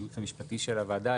הייעוץ המשפטי לוועדה,